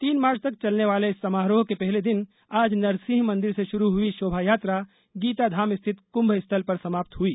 तीन मार्च तक चलने वाले इस समारोह के पहले दिन आज नरसिंह मंदिर से शुरू हुई शोभायात्रा गीता धाम स्थित कुंभ स्थल पर समाप्त हुआ